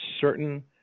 certain